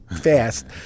fast